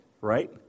right